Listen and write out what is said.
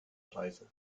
reise